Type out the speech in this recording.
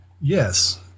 yes